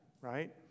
right